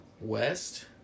west